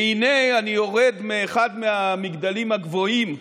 והינה, אני יורד מאחד מהמגדלים הגבוהים,